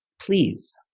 please